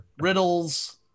Riddles